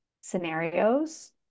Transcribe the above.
scenarios